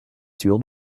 sûr